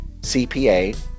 CPA